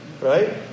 Right